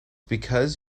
because